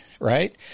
right